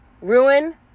Ruin